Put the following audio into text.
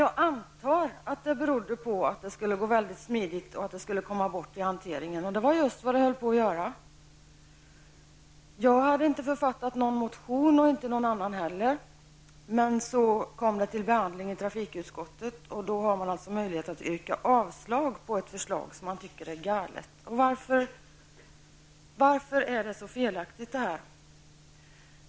Jag antar att det berodde på att det skulle vara väldigt smidigt och komma bort i hanteringen. Och det var just vad det höll på att göra! Jag hade inte författat någon motion, och det hade ingen annan heller. Så kom ärendet upp till behandling i trafikutskottet, och då har man möjlighet att yrka avslag på ett förslag som man tycker är galet. Varför är det så fel, det här förslaget?